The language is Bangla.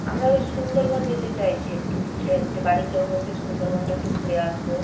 আমরা ওই সুন্দরবন যেতে চাইছি একটু ইচ্ছে আছে বাড়ির লোক বলছে সুন্দরবনটা একটু ঘুরে আসবো